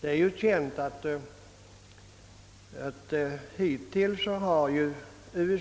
Det är ju känt att USA hittills